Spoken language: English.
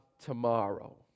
tomorrow